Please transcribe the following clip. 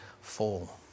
fall